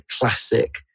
classic